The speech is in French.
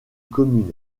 commune